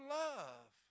love